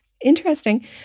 interesting